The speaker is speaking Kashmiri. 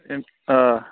تِم آ